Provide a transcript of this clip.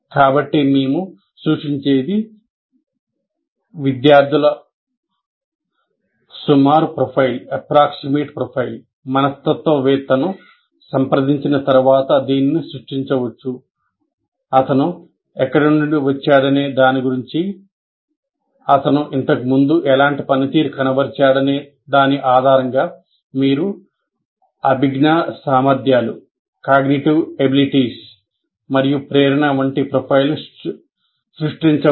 కాబట్టి మేము సూచించేది విద్యార్థుల సుమారు ప్రొఫైల్ మరియు ప్రేరణ వంటి ప్రొఫైల్ను సృష్టించవచ్చు